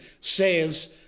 says